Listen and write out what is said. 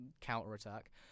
counter-attack